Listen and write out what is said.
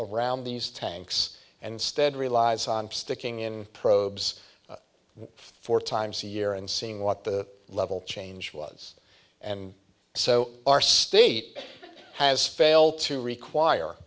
around these tanks and stead relies on sticking in probes four times a year and seeing what the level change was and so our state has failed to require